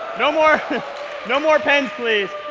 no more no more pens, please.